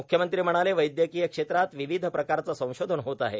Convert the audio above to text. मुख्यमंत्री म्हणाले वैदयकांय क्षेत्रात र्वावध प्रकारचं संशोधन होत आहे